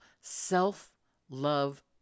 self-love